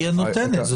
--- היא הנותנת.